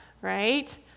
right